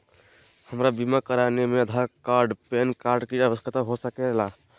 हमरा बीमा कराने में आधार कार्ड पैन कार्ड की आवश्यकता हो सके ला?